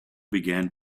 began